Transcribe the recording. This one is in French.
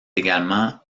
également